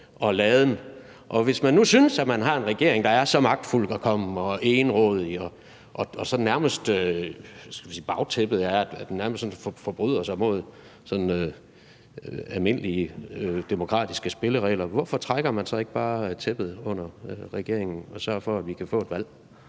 Hvis man nu synes, at man har en regering, der er så magtfuldkommen og egenrådig, og bagtæppet nærmest er, at den forbryder sig mod sådan almindelige demokratiske spilleregler, hvorfor trækker man så ikke bare tæppet væk under regeringen og sørger for, at vi kan få et valg?